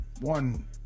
One